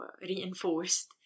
reinforced